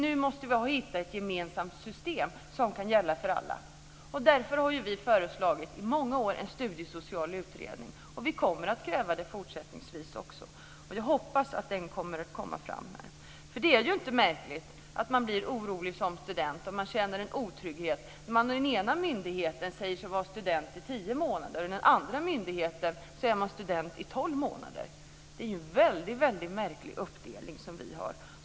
Nu måste vi hitta ett gemensamt system som kan gälla för alla. Därför har vi i många år föreslagit en studiesocial utredning. Vi kommer att kräva det fortsättningsvis också. Jag hoppas att den kommer att komma fram här. Det är ju inte märkligt att man blir orolig och känner en otrygghet som student när man på den ena myndigheten sägs vara student i tio månader och på den andra myndigheten sägs vara det i tolv månader. Det är en väldigt märklig uppdelning.